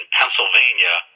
Pennsylvania